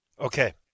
Okay